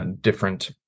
different